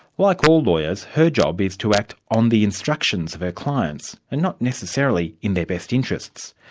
like all lawyers her job is to act on the instructions of her clients, and not necessarily in their best interests.